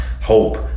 hope